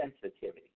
sensitivity